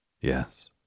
Yes